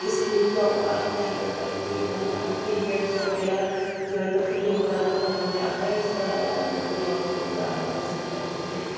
school کے اوقات میں اگر کبھی ہمارا پیریئڈز وغیرہ جو ہے تو فری ہوتا تھا تو ہم جا کر لائبریری میں وقت گزارنا پسند کرتے تھے